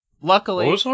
luckily